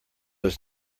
was